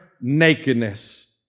nakedness